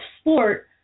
sport